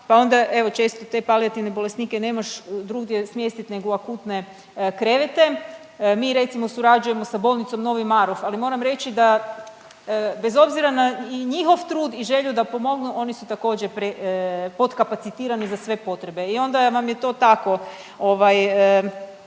pa onda evo često te palijativne bolesnike nemaš drugdje smjestiti nego u akutne krevete. Mi recimo surađujemo sa bolnicom Novi Marof, ali moram reći da bez obzira na i njihov trud i želju da pomognu oni su također potkapacitirani za sve potrebe. I onda vam je to tako.